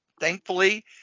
thankfully